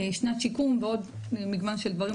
שנת שיקום ועוד מגוון של דברים,